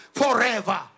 forever